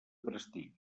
prestigi